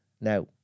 Now